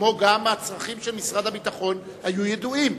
וגם הצרכים של משרד הביטחון היו ידועים,